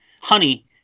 Honey